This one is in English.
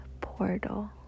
portal